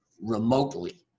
remotely